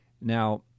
Now